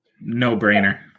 No-brainer